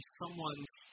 someone's